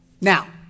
Now